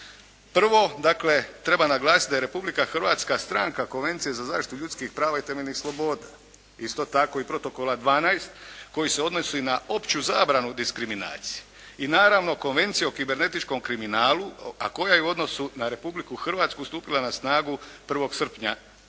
dakle treba naglasiti da je Republika Hrvatska stranka Konvencije za zaštitu ljudskih prava i temeljnih sloboda. Isto tako i Protokola XII. koji se odnosi na opću zabranu diskriminacije i naravno Konvencije o kibernetičkom kriminalu a koja je u odnosu na Republiku Hrvatsku stupila na snagu 1. srpnja